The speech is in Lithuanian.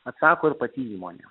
atsako ir pati įmonė